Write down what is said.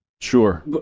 Sure